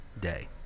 day